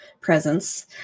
presence